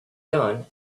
done